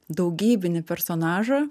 daugybinį personažą